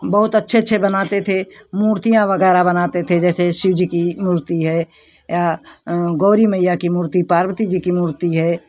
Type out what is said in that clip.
बहुत अच्छे अच्छे बनाते थे मूर्तियाँ वगैरह बनाते थे जैसे शिव जी की मूर्ति है या गौरी मैया की मूर्ति पार्वती जी की मूर्ति है